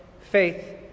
faith